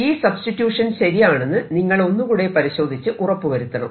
ഈ സബ്സ്റ്റിട്യൂഷൻ ശരിയാണെന്ന് നിങ്ങൾ ഒന്നുകൂടെ പരിശോധിച്ച് ഉറപ്പുവരുത്തണം